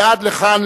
ועד לכאן,